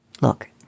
Look